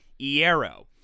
Iero